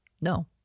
No